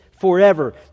forever